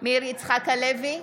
מאיר יצחק הלוי,